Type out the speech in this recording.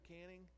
canning